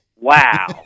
wow